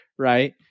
Right